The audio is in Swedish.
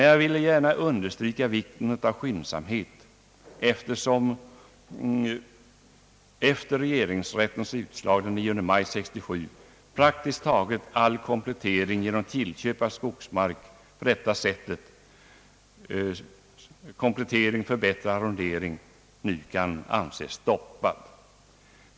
Jag vill dock gärna understryka vikten av skyndsambhet, eftersom efter regeringsrättens utslag den 9 maj 1967 praktiskt taget all komplettering genom tillköp av skogsmark för bättre arrondering kan anses vara stoppad.